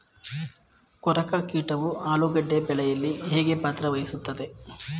ಕೊರಕ ಕೀಟವು ಆಲೂಗೆಡ್ಡೆ ಬೆಳೆಯಲ್ಲಿ ಹೇಗೆ ಪಾತ್ರ ವಹಿಸುತ್ತವೆ?